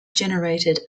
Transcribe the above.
generated